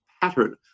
pattern